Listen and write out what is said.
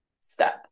step